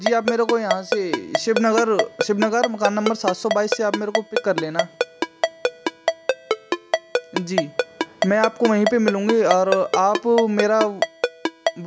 जी आप मेरे को यहाँ से शिवनगर शिवनगर मकान नंबर सात सौ बाईस से आप मेरे को पिक कर लेना जी मैं आपको वहीं पे मिलूँगी और आप मेरा